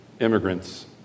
immigrants